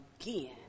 again